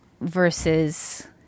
versus